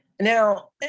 Now